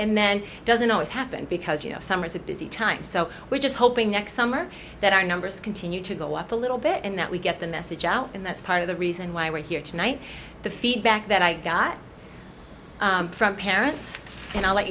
and then it doesn't always happen because you know summer is a busy time so we're just hoping next summer that our numbers continue to go up a little bit and that we get the message out and that's part of the reason why we're here tonight the feedback that i got from parents and i let